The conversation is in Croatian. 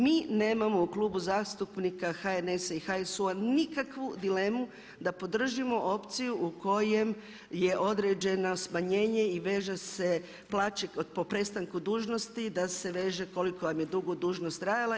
Mi nemamo u klubu zastupnika HNS-a i HSU-a nikakvu dilemu da podržimo opciju u kojem je određeno smanjenje i veže se plaće po prestanku dužnosti da se veže koliko vam je dugo dužnost trajala.